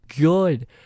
good